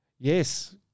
Yes